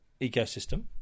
ecosystem